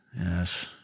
Yes